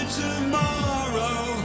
tomorrow